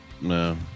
no